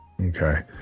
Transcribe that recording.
Okay